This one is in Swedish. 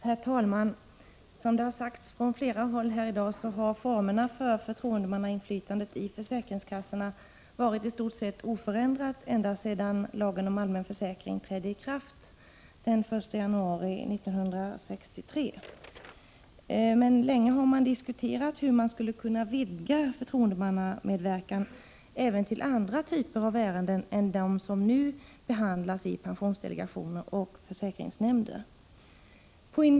Herr talman! Som det har sagts från flera håll i dag har formerna för förtroendemannainflytandet i försäkringskassorna varit i stort sett oförändrade sedan lagen om allmän försäkring trädde i kraft den 1 januari 1963. Men länge har man diskuterat hur man skulle kunna vidga förtroendemannamedverkan även till andra typer av ärenden än dem som nu behandlas i pensionsdelegationer och försäkringsnämnder.